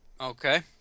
Okay